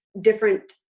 different